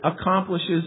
accomplishes